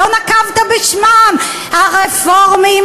לא נקבת בשמם: הרפורמים,